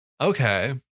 Okay